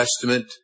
Testament